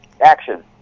action